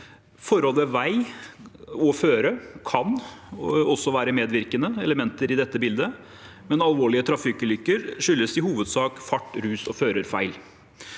Forhold ved vei og føre kan også være medvirkende elementer i dette bildet, men alvorlige trafikkulykker skyldes i hovedsak fart, rus og førerfeil.